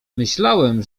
myślałem